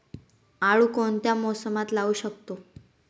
आळू कोणत्या मोसमात लावू शकतो?